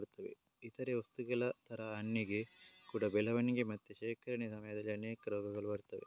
ಇತರೇ ವಸ್ತುಗಳ ತರ ಹಣ್ಣಿಗೆ ಕೂಡಾ ಬೆಳವಣಿಗೆ ಮತ್ತೆ ಶೇಖರಣೆ ಸಮಯದಲ್ಲಿ ಅನೇಕ ರೋಗಗಳು ಬರ್ತವೆ